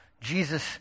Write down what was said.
Jesus